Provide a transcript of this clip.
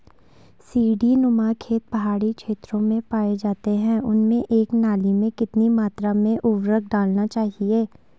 सीड़ी नुमा खेत पहाड़ी क्षेत्रों में पाए जाते हैं उनमें एक नाली में कितनी मात्रा में उर्वरक डालना चाहिए?